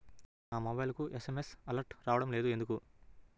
నా మొబైల్కు SMS alerts రావడం లేదు ఎందుకు?